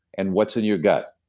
and what's in your gut?